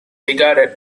regarded